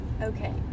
Okay